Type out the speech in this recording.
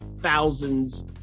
thousands